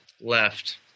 left